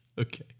Okay